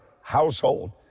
household